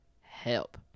help